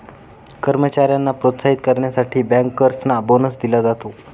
कर्मचाऱ्यांना प्रोत्साहित करण्यासाठी बँकर्सना बोनस दिला जातो